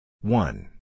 One